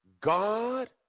God